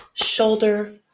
shoulder